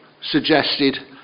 suggested